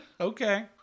Okay